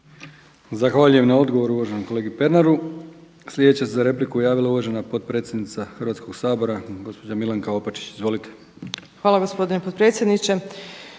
Zahvaljujem na odgovoru uvaženom kolegi Pernaru. Sljedeća se za repliku javila uvažena potpredsjednica Hrvatskog sabora gospođa Milanka Opačić. Izvolite. **Opačić, Milanka